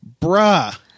Bruh